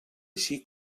així